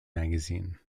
magazine